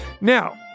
Now